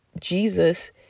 Jesus